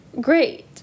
great